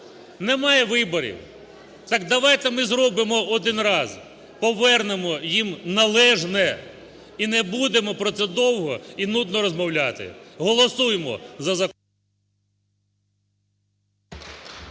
немає виборів. Так давайте ми зробимо один раз, повернемо їм належне і не будемо про це довго і нудно розмовляти. Голосуємо за закон.